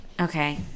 Okay